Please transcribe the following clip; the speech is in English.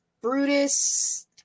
Brutus